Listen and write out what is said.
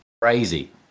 crazy